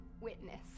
witness